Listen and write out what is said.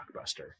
blockbuster